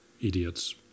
idiots